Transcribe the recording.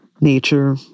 nature